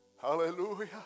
Hallelujah